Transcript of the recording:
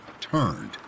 turned